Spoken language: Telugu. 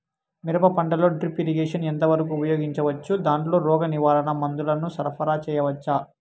మిరప పంటలో డ్రిప్ ఇరిగేషన్ ఎంత వరకు ఉపయోగించవచ్చు, దాంట్లో రోగ నివారణ మందుల ను సరఫరా చేయవచ్చా?